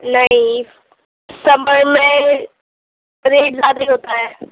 نہیں سمبر میں ریٹ زیادہ ہی ہوتا ہے